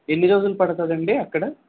ఎన్ని రోజులు పడుతుందండి అక్కడ